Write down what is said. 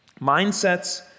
Mindsets